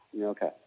Okay